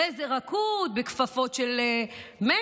באיזה רכות, בכפפות של משי.